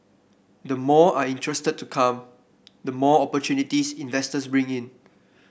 the more are interested to come the more opportunities investors bring in